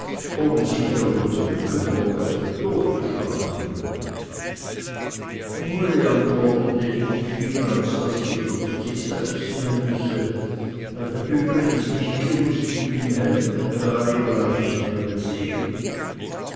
ohne sich darum zu bekümmern ob er zu tod geschlagen wurde uli antwortete nicht viel als daß jeder zu sich selbst sehen müsse er hätte übrigens nicht gewußt wie ihm helfen da er ihn gleich nicht mehr gesehen